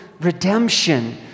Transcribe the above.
redemption